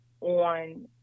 on